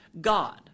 God